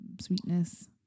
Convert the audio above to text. sweetness